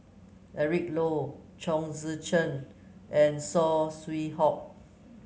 Eric Low Chong Tze Chien and Saw Swee Hock